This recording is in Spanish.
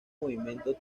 movimiento